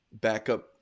backup